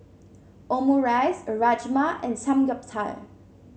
Omurice Rajma and Samgyeopsal